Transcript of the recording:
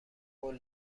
قول